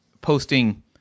posting